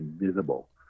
invisible